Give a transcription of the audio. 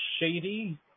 Shady